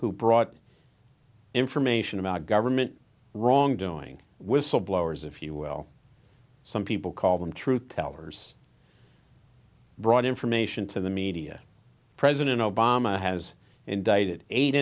who brought information about government wrongdoing whistleblowers if you will some people call them truth tellers brought information to the media president obama has indicted eight